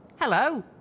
Hello